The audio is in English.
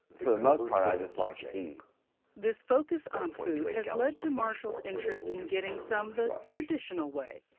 for the most part, i just like to eat. narrator this focus on food has led to marshall's interest in getting some the traditional way.